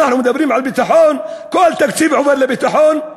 ואנחנו מדברים על ביטחון, כל התקציב עובר לביטחון,